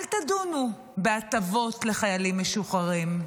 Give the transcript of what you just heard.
אל תדונו בהטבות לחיילים משוחררים,